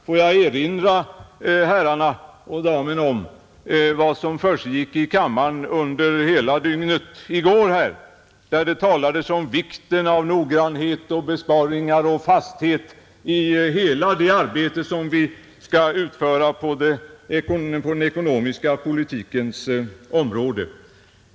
Låt mig erinra om vad som försiggick i kammaren under hela gårdagen. Då talades det om vikten av noggrannhet, besparingar och fasthet i hela det arbete vi skall utföra på den ekonomiska politikens område.